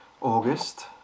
August